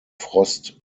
frost